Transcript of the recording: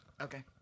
Okay